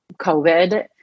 COVID